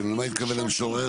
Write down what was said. יוקצו מאה אחוז ממה שביקש המשרד